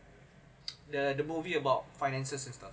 the the movie about financial system